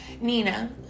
nina